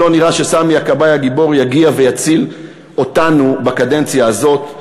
לא נראה שסמי הכבאי הגיבור יגיע ויציל אותנו בקדנציה הזאת.